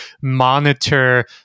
monitor